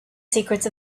secrets